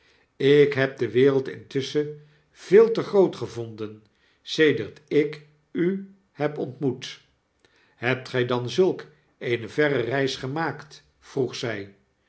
ik heb de wereld intusschen veelte groot gevonden sedert ik u heb ontmoet s hebt gg dan zulk eene verrereisgemaakt vroeg zg